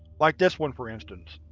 like this one, for instance.